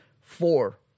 four